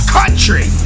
country